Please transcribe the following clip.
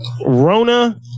rona